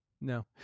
No